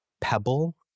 pebble